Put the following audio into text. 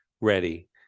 ready